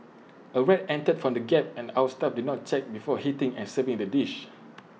A rat entered from the gap and our staff did not check before heating and serving the dish